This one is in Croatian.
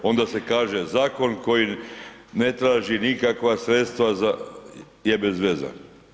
Onda se kaže zakon koji ne traži nikakva sredstva za, je bezvezan.